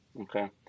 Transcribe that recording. Okay